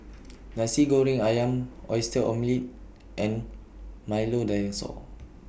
Nasi Goreng Ayam Oyster Omelette and Milo Dinosaur